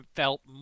felt